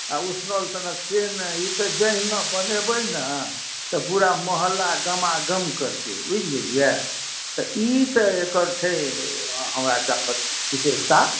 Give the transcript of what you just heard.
आओर उसनल सनक से नहि ई तऽ जहिना बनेबै ने तऽ पूरा मोहल्ला गमागम करतै बुझि गेलिए तऽ ई तऽ एकर छै हमरा चावलके विशेषता